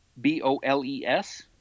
B-O-L-E-S